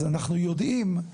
אז אנחנו יודעים,